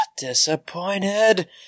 disappointed